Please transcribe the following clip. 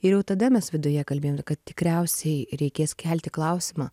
ir jau tada mes viduje kalbėjom kad tikriausiai reikės kelti klausimą